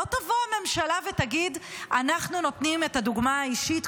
לא תגיד הממשלה: אנחנו נותנים את הדוגמה האישית,